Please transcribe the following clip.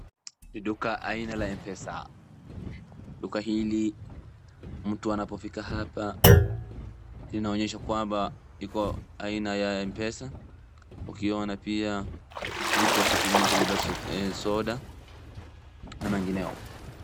Ni duka aina la mpesa, duka hili mtu anapofika hapa inaonyesha kwamba iko aina ya mpesa, ukiona pia vitu ya kutumia kubeba soda na mengineo.